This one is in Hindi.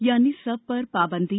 यानी सब पर पाबंदी